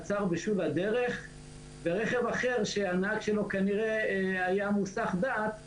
עצר בשול הדרך ורכב אחר שהנהג שלו כנראה היה מוסח דעת,